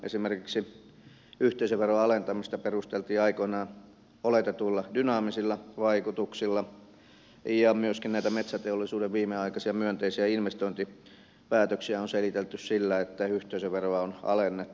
esimerkiksi yhteisöveron alentamista perusteltiin aikoinaan oletetuilla dynaamisilla vaikutuksilla ja myöskin näitä metsäteollisuuden viimeaikaisia myönteisiä investointipäätöksiä on selitelty sillä että yhteisöveroa on alennettu